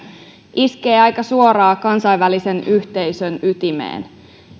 iskee aika suoraan kansainvälisen yhteisön ytimeen